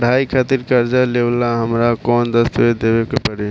पढ़ाई खातिर कर्जा लेवेला हमरा कौन दस्तावेज़ देवे के पड़ी?